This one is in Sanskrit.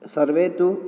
सर्वे तु